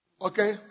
Okay